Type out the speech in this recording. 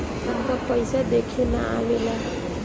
हमका पइसा देखे ना आवेला?